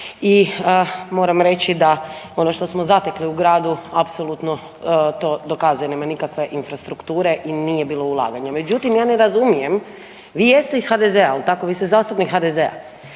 i moram reći da ono što smo zatekli u gradu apsolutno to dokazuje. Nema nikakve infrastrukture i nije bilo ulaganja. Međutim, ja ne razumijem vi jeste iz HDZ-a, jel tako, vi ste zastupnik HDZ-a